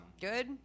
Good